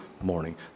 morning